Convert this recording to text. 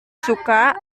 suka